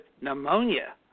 pneumonia